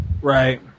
Right